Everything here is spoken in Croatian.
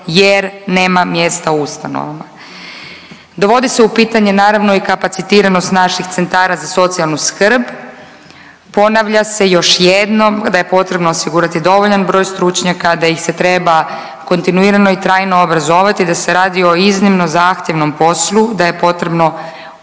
jer nema mjesta u ustanovama. Dovodi se u pitanje naravno i kapacitiranost naših centara za socijalnu skrb. Ponavlja se još jednom da je potrebno osigurati dovoljan broj stručnjaka, da ih se treba kontinuirano i trajno obrazovati, da se radi o iznimno zahtjevnom poslu, da je potrebno